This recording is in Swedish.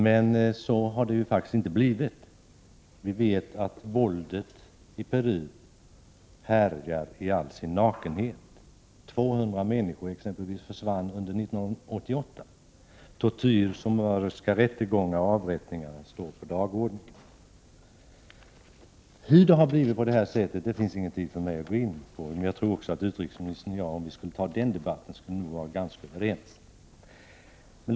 Men så har det faktiskt inte blivit. Vi vet att våldet i Peru härjar i all sin nakenhet. Under 1988 försvann exempelvis 200 människor, och tortyr, summariska rättegångar och avrättningar står på dagordningen. Det finns inte tid för mig att här gå in på varför det blivit på detta sätt. Men jag tror att utrikesministern och jag skulle vara ganska överens om vi skulle ta den debatten.